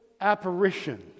apparition